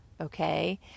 okay